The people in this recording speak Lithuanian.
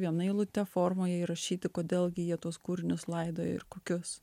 viena eilute formoje įrašyti kodėl gi jie tuos kūrinius laidojo ir kokius